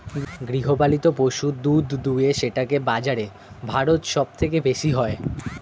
গৃহপালিত পশু দুধ দুয়ে সেটাকে বাজারে ভারত সব থেকে বেশি হয়